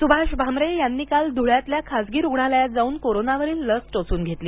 सुभाष भामरे यांनी काल धुळ्यातल्या खासगी रुग्णालयात जाऊन कोरोनावरील लस टोचून घेतली